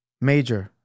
Major